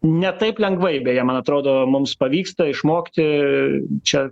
ne taip lengvai beje man atrodo mums pavyksta išmokti čia